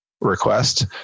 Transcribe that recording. request